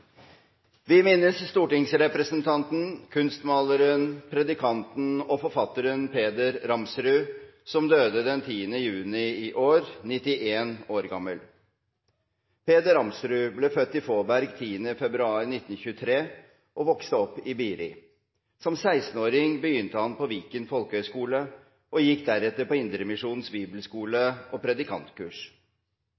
Vi minnes stortingsrepresentanten, kunstmaleren, predikanten og forfatteren Peder I. Ramsrud som døde den 10. juni i år, 91 år gammel. Peder I. Ramsrud ble født i Fåberg den 10. februar 1923 og vokste opp i Biri. Som 16-åring begynte han på Viken folkehøgskole, og han gikk deretter på Indremisjonens bibelskole